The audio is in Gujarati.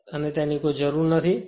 અને તેની કોઈ જરૂર નથી